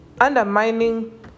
undermining